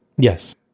Yes